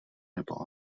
nebo